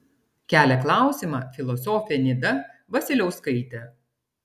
kelia klausimą filosofė nida vasiliauskaitė